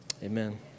Amen